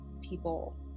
people